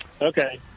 Okay